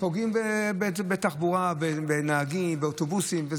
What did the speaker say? פוגעים בתחבורה, בנהגים, באוטובוסים.